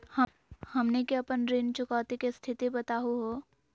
हमनी के अपन ऋण चुकौती के स्थिति बताहु हो?